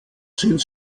sind